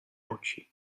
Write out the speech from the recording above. oči